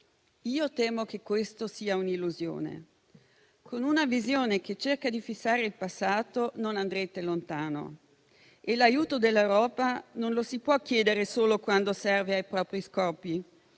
Temo che questo sia un'illusione. Con una visione che cerca di fissare il passato non andrete lontano, e l'aiuto dell'Europa non lo si può chiedere solo quando serve ai propri scopi.